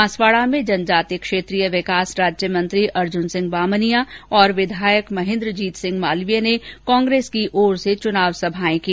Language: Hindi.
बांसवाड़ा में जनजातीय क्षेत्र विकास राज्यमंत्री अर्जुन सिंह बामनिया और विधायक महेन्द्रजीत सिंह मालवीय ने कांग्रेस की ओर से चुनाव सभाएं की